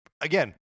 again